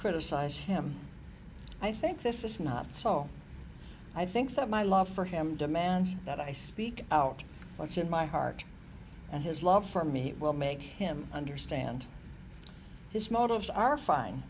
criticize him i think this is not so i think that my love for him demands that i speak out what's in my heart and his love for me will make him understand this motives are fine